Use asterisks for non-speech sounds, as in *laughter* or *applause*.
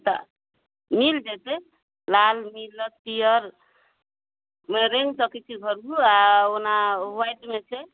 तऽ मिल जेतय लाल मिलत पीयर *unintelligible* आओर ओना व्हाइटमे छै